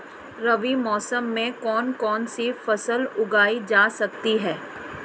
रबी मौसम में कौन कौनसी फसल उगाई जा सकती है?